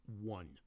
one